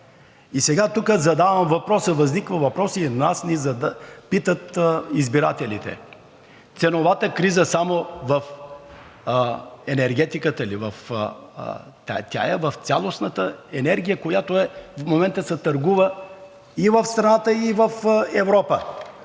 Сега тук възниква въпросът, нас ни питат избирателите: ценовата криза само в енергетиката ли е? Тя е в цялостната енергия, която в момента се търгува и в страната, и в Европа.